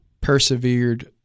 persevered